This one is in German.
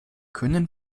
können